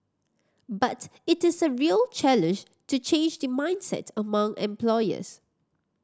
but it is a real challenge to change the mindset among employers